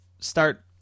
start